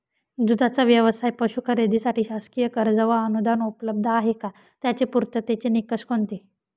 दूधाचा व्यवसायास पशू खरेदीसाठी शासकीय कर्ज व अनुदान उपलब्ध आहे का? त्याचे पूर्ततेचे निकष कोणते?